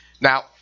now